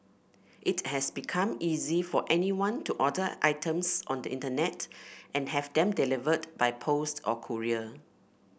it has become easy for anyone to order items on the Internet and have them delivered by post or courier